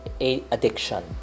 addiction